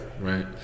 right